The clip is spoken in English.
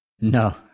No